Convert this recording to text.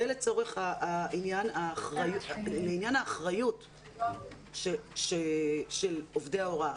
זה לצורך לעניין האחריות של עובדי ההוראה.